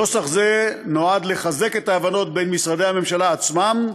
נוסח זה נועד לחזק את ההבנות בין משרדי הממשלה עצמם,